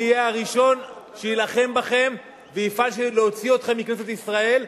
ואני אהיה הראשון שיילחם בכם ויפעל להוציא אתכם מכנסת ישראל,